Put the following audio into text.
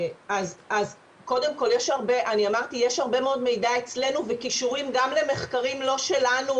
יש הרבה מאוד מידע אצלנו וקישורים גם למחקרים לא שלנו,